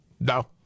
No